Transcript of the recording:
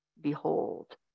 behold